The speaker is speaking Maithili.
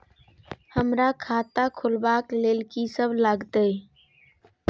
हमरा खाता खुलाबक लेल की सब लागतै?